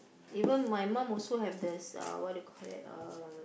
even my mum also have the s~ uh what you call that um